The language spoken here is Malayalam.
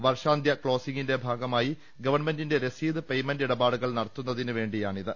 വർഷാന്ത്യ ക്ലോസിംഗിന്റെ ഭാഗമായി ഗവൺമെന്റിന്റെ രസീത് പെയ്മെന്റ് ഇടപാടുകൾ നടത്തുന്നതിന് വേണ്ടിയാണിത്